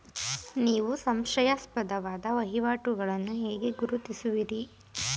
ನೀವು ಸಂಶಯಾಸ್ಪದ ವಹಿವಾಟುಗಳನ್ನು ಹೇಗೆ ಗುರುತಿಸುವಿರಿ?